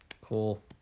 Cool